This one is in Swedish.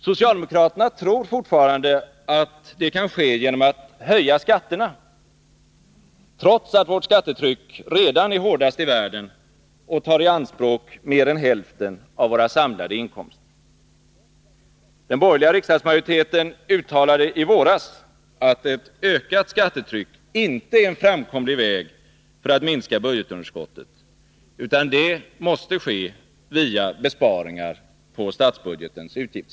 Socialdemokraterna tror fortfarande att det kan ske genom att höja skatterna, trots att vårt skattetryck redan är hårdast i världen och tar i anspråk mer än hälften av våra samlade inkomster. Den borgerliga riksdagsmajoriteten uttalade i våras att ett ökat skattetryck inte är en framkomlig väg för att minska budgetunderskottet, utan det måste ske via besparingar på statsbudgetens utgiftssida.